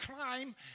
crime